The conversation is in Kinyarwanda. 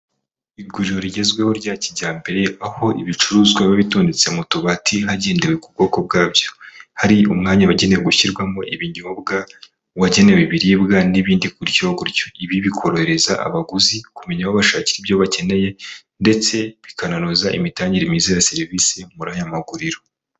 Iguriro rigezweho rya kijyambere aho ibicuruzwa biba bitondetse mu tubati hagendewe ku bwoko bwabyo, hari umwanya wagenewe gushyirwamo ibinyobwa, uwagenewe ibiribwa n'ibindi gutyo gutyo, ibi bikorohereza abaguzi, kumenya aho bashakira ibyo bakeneye ndetse bikananoza imitangire myiza ya serivisi muri aya maguriro.